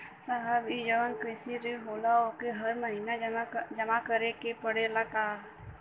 साहब ई जवन कृषि ऋण होला ओके हर महिना जमा करे के पणेला का?